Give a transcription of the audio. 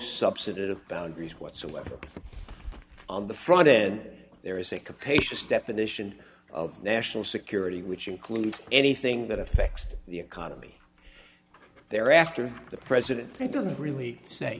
substantive boundaries whatsoever on the front end there is a capacious definition of national security which includes anything that effects the economy thereafter the president think doesn't really say